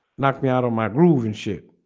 knock me out on my grooving shit.